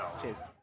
Cheers